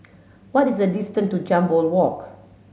what is the distance to Jambol Walk